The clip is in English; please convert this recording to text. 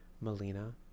Melina